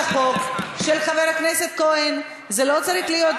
הגזענים מדברים, תגיד לי?